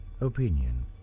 opinion